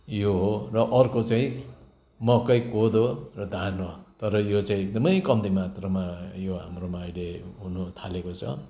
यो हो र अर्को चाहिँ मकै कोदो र धान हो तर यो चाहिँ एकदमै कम्ती मात्रामा यो हाम्रोमा अहिले हुनु थालेको छ